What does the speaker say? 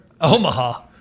Omaha